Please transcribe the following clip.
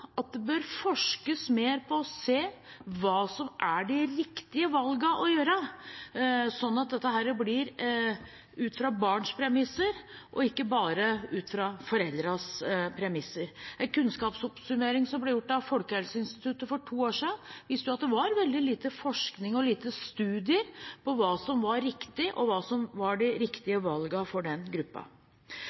at det bør forskes mer på å se hva som er de riktige valgene å gjøre, sånn at dette blir ut fra barns premisser – ikke bare ut fra foreldrenes premisser. En kunnskapsoppsummering som ble gjort av Folkehelseinstituttet for to år siden, viste at det var veldig lite forskning og få studier på hva som var riktig, og hva som var de riktige valgene for den